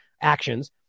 actions